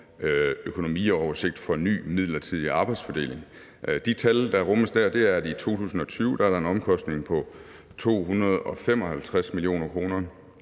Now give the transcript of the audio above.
Økonomioversigt for en ny midlertidig arbejdsfordeling. De tal, der er med der, er, at i 2020 er der en omkostning 255 mio. kr.,